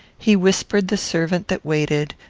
he whispered the servant that waited,